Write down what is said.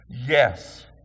Yes